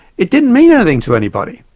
it didn't mean anything to anybody,